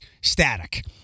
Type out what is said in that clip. static